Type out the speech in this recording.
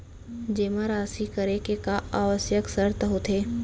जेमा राशि करे के का आवश्यक शर्त होथे?